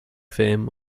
fame